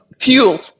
fuel